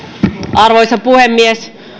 arvoisa puhemies